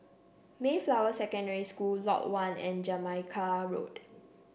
Mayflower Secondary School Lot One and Jamaica Road